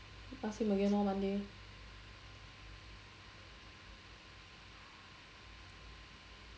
ask him again lor monday